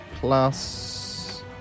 plus